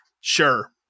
sure